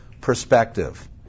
perspective